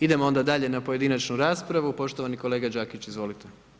Idemo onda dalje na pojedinačnu raspravu, poštovani kolega Đakić, izvolite.